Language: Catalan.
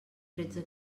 tretze